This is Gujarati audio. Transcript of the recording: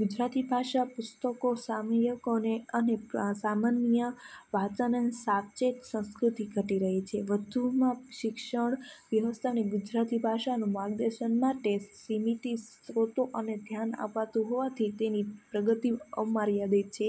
ગુજરાતી ભાષા પુસ્તકો સામયિકોને અને સામાન્ય વાંચનને સાચે જ સંસ્કૃતિ ઘટી રહી છે વધુમાં શિક્ષણ પીરસતા અને ગુજરાતી ભાષાનું માર્ગદર્શન માટે સીમિત સ્ત્રોતો અને ધ્યાન અપાતું હોવાથી તેની પ્રગતિ અમારી આવે છે